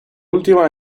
última